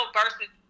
versus